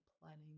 planning